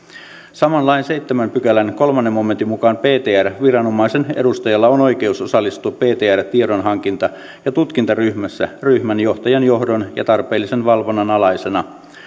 saman lain seitsemännen pykälän kolmannen momentin mukaan ptr viranomaisen edustajalla on oikeus osallistua ptr tiedonhankinta ja tutkintaryhmässä ryhmänjohtajan johdon ja tarpeellisen valvonnan alaisena